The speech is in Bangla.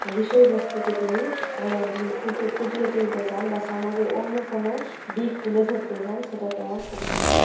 বিষয়বস্তুকে তিনি ফুটে ফুটিয়ে তুলতে চান বা সমাজের অন্য কোনো দিক তুলে ধরতে চান সেটাকে আমার খুব ভালো লাগে